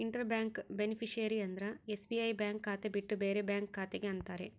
inter bank beneficiary ಅಂದ್ರ SBI bank ಖಾತೆ ಬಿಟ್ಟು ಬೇರೆ ಬ್ಯಾಂಕ್ ಖಾತೆ ಗೆ ಅಂತಾರ